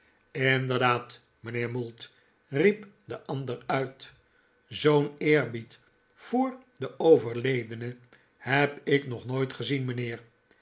inderdaad mijnheer mould riep de ander uit zoo'n eerbied voor den overledene he b ik nog nooit gezien mijnheer